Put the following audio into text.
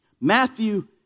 Matthew